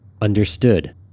Understood